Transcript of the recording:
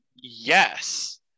Yes